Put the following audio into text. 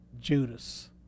Judas